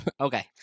Okay